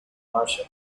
marshal